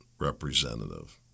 representative